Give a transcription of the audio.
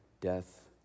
death